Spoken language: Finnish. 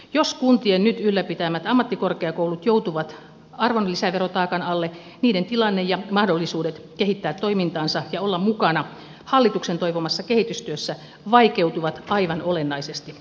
jos kuntien nyt ylläpitämät ammattikorkeakoulut joutuvat arvonlisäverotaakan alle niiden tilanne ja mahdollisuudet kehittää toimintaansa ja olla mukana hallituksen toivomassa kehitystyössä vaikeutuvat aivan olennaisesti